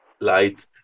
light